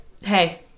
hey